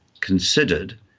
considered